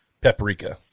paprika